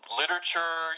literature